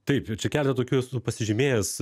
taip čia keletą tokių esu pasižymėjęs